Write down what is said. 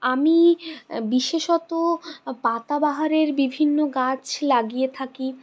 আমি বিশেষত পাতাবাহারের বিভিন্ন গাছ লাগিয়ে থাকি